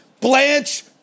Blanche